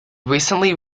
recently